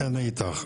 אני איתך.